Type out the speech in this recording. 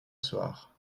soir